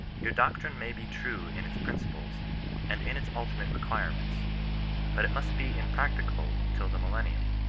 your doctrine may be true in its principles and in its ultimate requirements but it must be impracticable till the millennium.